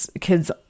kids